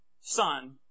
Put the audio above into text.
Son